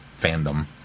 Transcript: fandom